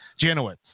Janowitz